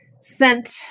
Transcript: sent